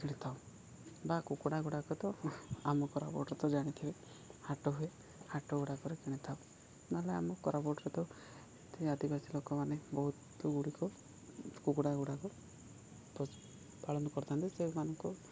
କିଣିଥାଉ ବା କୁକୁଡ଼ା ଗୁଡ଼ାକ ତ ଆମ କୋରାପୁଟରେ ତ ଜାଣିଥିବେ ହାଟ ହୁଏ ହାଟ ଗୁଡ଼ାକରେ କିଣିଥାଉ ନହେଲେ ଆମ କୋରାପୁଟରେ ତ ଏ ଆଦିବାସୀ ଲୋକମାନେ ବହୁତ ଗୁଡ଼ିକ କୁକୁଡ଼ା ଗୁଡ଼ାକୁ ପାଳନ କରିଥାନ୍ତି ସେମାନଙ୍କୁ